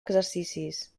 exercicis